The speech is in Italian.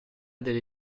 delle